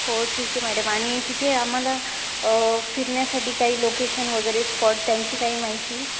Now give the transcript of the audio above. हो ठीक आहे मॅडम आणि तिथे आम्हाला फिरण्यासाठी काही लोकेशन वगैरे स्पॉट त्यांची काही माहिती